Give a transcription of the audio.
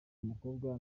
umukobwa